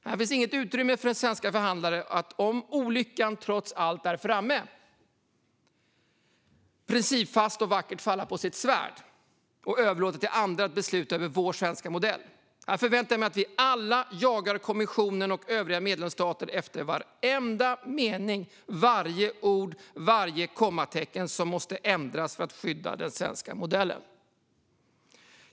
Här finns inget utrymme för svenska förhandlare att, om olyckan trots allt är framme, principfast och vackert falla på sitt svärd och överlåta till andra att besluta över vår svenska modell. Här förväntar jag mig att vi alla jagar kommissionen och övriga medlemsstater efter varenda mening, varje ord och varje kommatecken som måste ändras för att skydda den svenska modellen.